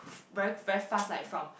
very very fast like from